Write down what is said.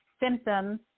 symptoms